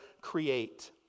create